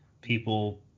people